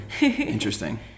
Interesting